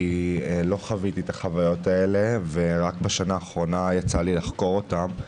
כי לא חוויתי את החוויות האלה ורק בשנה האחרונה יצא לי לחקור אותן.